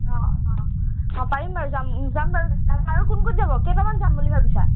অ অ অ পাৰিম বাৰু যাম যাম বাৰু আৰু কোন কোন যাব কেইটামানত যাম বুলি ভাবিছা